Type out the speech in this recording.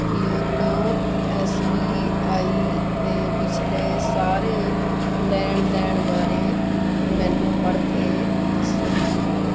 YONO S B I ਦੇ ਪਿਛਲੇ ਸਾਰੇ ਲੈਣ ਦੇਣ ਬਾਰੇ ਮੈਨੂੰ ਪੜ੍ਹ ਕੇ ਦੱਸੋ